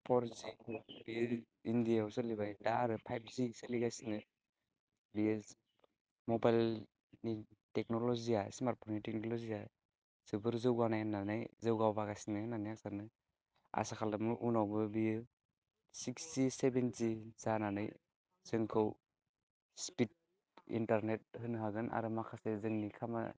four इण्डियायाव सोलिबाय दा आरो फाइभजि सोलिगासिनो बेयो मबाइलनि टेक्न'ल'जिआ स्मार्ट फननि टेक्न'ल'जिआ जोबोर जौगानाय होन्नानै जौगाबोगासिनो होननानै आं सानो आसा खालामो उनावबो बेयो सिक्स जि सेभेन जि जानानै जोंखौ स्पिड इन्टारनेट होनो हागोन आरो माखासे जोंनि खामा